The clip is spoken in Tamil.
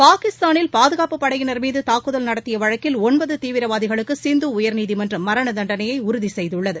பாகிஸ்தானில் பாதுகாப்பு படையினர் மீது தாக்குதல் நடத்திய வழக்கில் ஒன்பது தீவிரவாதிகளுக்கு சிந்து உயர்நீதிமன்றம் மரண தண்டனையை உறதி செய்துள்ளது